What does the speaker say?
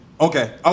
Okay